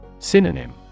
Synonym